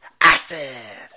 Acid